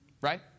right